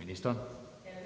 Kl.